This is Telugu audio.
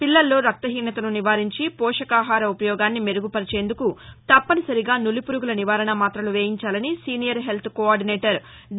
పిల్లల్లో రక్తహీనతను నివారించి పోషకాహార ఉపయోగాన్ని మెరుగు పర్చేందుకు తప్పని సరిగా నులిపురుగుల నివారణ మాత్రలు వేయించాలని సీనియర్ హెల్త్ కోఆర్టినేటర్ డి